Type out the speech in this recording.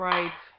Right